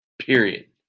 period